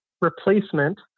replacement